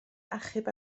achub